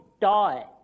die